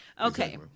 Okay